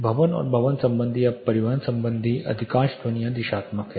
भवन और भवन संबंधी या परिवहन संबंधी अधिकांश ध्वनियाँ दिशात्मक हैं